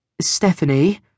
Stephanie